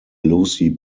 lucy